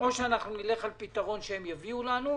או שאנחנו נלך על הפתרון שהם יביאו לנו,